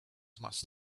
must